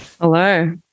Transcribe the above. Hello